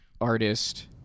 artist